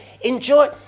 Enjoy